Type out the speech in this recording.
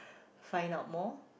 find out more